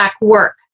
work